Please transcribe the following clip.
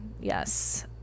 yes